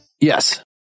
Yes